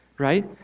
right